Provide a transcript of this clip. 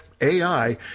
AI